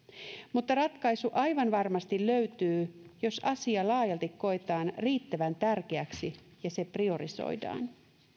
mutta ratkaisu aivan varmasti löytyy jos asia laajalti koetaan riittävän tärkeäksi ja se priorisoidaan